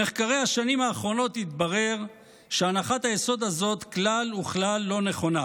במחקרי השנים האחרונות התברר שהנחת היסוד הזאת כלל וכלל לא נכונה.